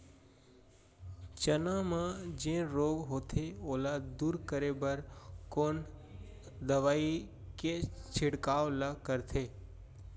चना म जेन रोग होथे ओला दूर करे बर कोन दवई के छिड़काव ल करथे?